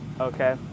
Okay